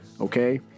Okay